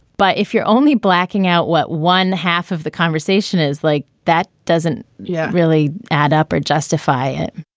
but if you're only blacking out what one half of the conversation is like, that doesn't yeah really add up or justify it